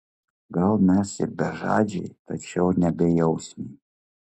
gal mes ir bežadžiai tačiau ne bejausmiai